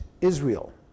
Israel